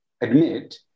admit